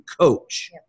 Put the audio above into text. coach